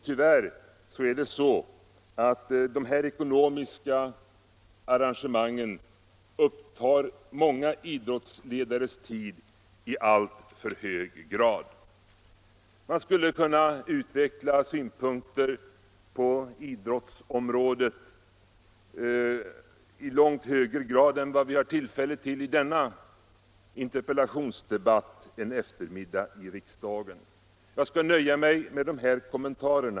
Tyvärr upptar de här arrangemangen för ekonomin många idrottsledares tid i alltför hög grad. Man skulle kunna utveckla synpunkter på idrottsområdet i långt högre grad än vad vi har tillfälle till i denna interpellationsdebatt en eftermiddag här i riksdagen. Jag skall här nöja mig med dessa kommentarer.